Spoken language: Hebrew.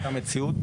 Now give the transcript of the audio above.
את המציאות.